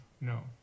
No